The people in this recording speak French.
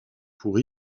pour